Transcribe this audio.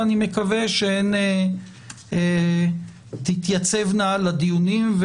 ואני מקווה שהן תתייצבנה לדיונים,